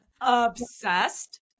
Obsessed